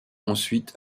ensuite